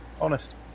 honest